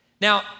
Now